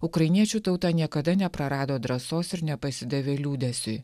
ukrainiečių tauta niekada neprarado drąsos ir nepasidavė liūdesiui